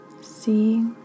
See